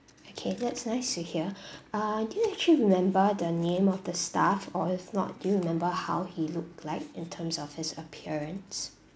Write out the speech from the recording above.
okay that's nice to hear uh do you actually remember the name of the staff or if not do you remember how he looked like in terms of his appearance